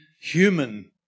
human